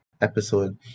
episode